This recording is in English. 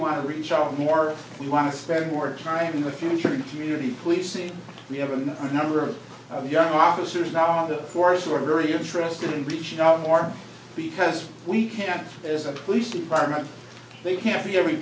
want to reach out more we want to spend more time in the future in community policing we have a number of young officers out on the force or very interested in reaching out more because we can't as a police department they can't be every